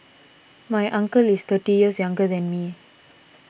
my uncle is thirty years younger than me